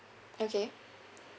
okay